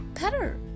better